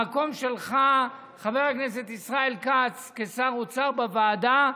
המקום שלך, חבר הכנסת ישראל כץ, כשר אוצר בוועדה,